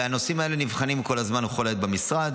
והנושאים האלה נבחנים כל הזמן וכל העת במשרד.